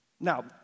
Now